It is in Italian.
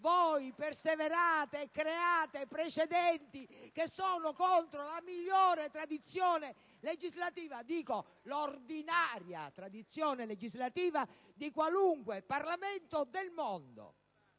voi perseverate e create precedenti che sono contro la migliore tradizione legislativa, o meglio l'ordinaria tradizione legislativa, di qualunque Parlamento del mondo.